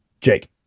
jake